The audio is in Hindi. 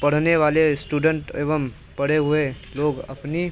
पढ़ने वाले स्टूडेंट एवं पढ़े हुए लोग अपनी